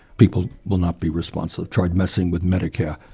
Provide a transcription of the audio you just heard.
people will not be responsive. try messing with medicare.